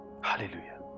Hallelujah